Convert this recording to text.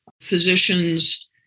physicians